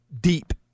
deep